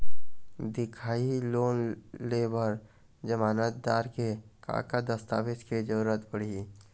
दिखाही लोन ले बर जमानतदार के का का दस्तावेज के जरूरत पड़ही?